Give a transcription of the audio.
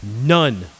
None